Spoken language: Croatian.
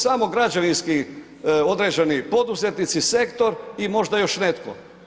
Samo građevinski određeni poduzetnici, sektor i možda još netko.